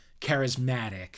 charismatic